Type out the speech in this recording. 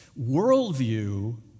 worldview